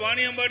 Valiyambadi